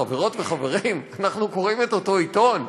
חברות וחברים, אנחנו קוראים את אותו עיתון?